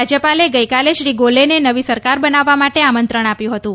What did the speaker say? રાજ્યપાલે ગઈકાલે શ્રી ગોલેને નવી સરકાર બનાવવા માટે આમંત્રણ આપ્યું હતું